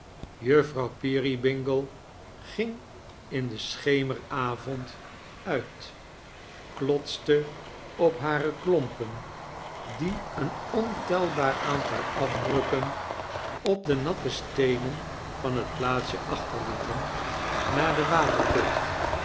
juffrouw peerybingle ging in den schemeravond uit klotste op hare klompen die een ontelbaar aantal afdrukken op de natte steenen van het plaatsje achterlieten naar de waterput